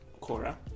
cora